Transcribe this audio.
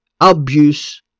abuse